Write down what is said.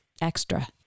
extra